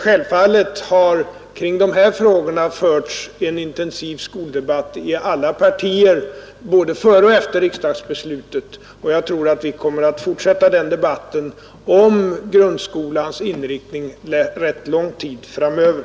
Självfallet har, i de här frågorna, förts en intensiv skoldebatt i alla partier, både före och efter riksdagsbeslutet och jag tror att vi kommer att fortsätta debatten om grundskolans inriktning rätt lång tid framöver.